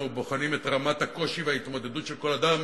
בוחנים את רמת הקושי וההתמודדות של כל אדם